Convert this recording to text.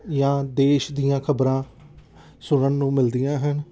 ਜਾਂ ਦੇਸ਼ ਦੀਆਂ ਖ਼ਬਰਾਂ ਸੁਣਨ ਨੂੰ ਮਿਲਦੀਆਂ ਹਨ